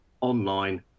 online